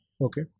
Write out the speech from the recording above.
Okay